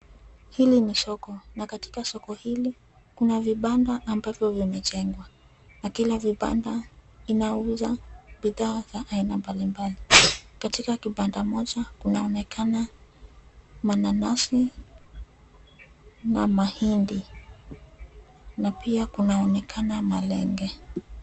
Hili ni soko na katika soko hili, kuna vibanda ambavyo vimejengwa na kila vibanda inauza bidhaa za aina mbali mbali. Katika kibanda moja kunaonekana mananasi na mahindi, na pia kunaonekana malenge.